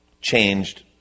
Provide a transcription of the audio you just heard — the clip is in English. changed